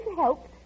help